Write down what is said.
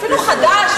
אפילו חדש,